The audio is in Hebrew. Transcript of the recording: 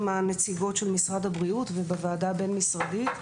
הנציגות של משרד הבריאות ובוועדה הבין-משרדית,